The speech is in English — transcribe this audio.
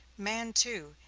man, too,